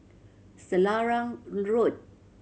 Selarang Road